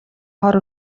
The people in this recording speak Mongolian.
хор